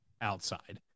outside